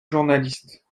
journaliste